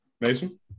Mason